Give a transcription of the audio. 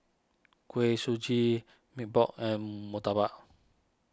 Kuih Suji Mee Pok and Murtabak